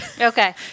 Okay